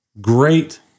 great